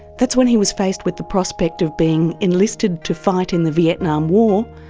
that's when he was faced with the prospect of being enlisted to fight in the vietnam war,